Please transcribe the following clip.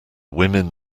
women